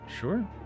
Sure